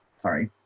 sorry